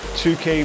2k